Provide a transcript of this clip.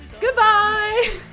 Goodbye